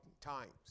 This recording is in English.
times